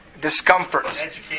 discomfort